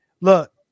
look